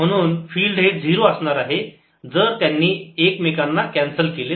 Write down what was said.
म्हणून फिल्ड हे 0 असणार आहे जर त्यांनी एकमेकांना कॅन्सल केले तर